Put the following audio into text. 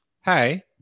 hey